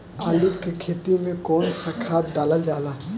आलू के खेती में कवन सा खाद डालल जाला?